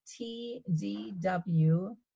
TDW